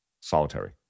solitary